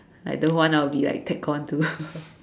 like the one I will be like tagged on to